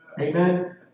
Amen